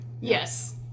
Yes